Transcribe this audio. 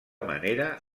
manera